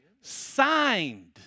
signed